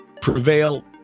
prevail